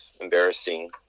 embarrassing